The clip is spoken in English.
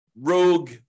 rogue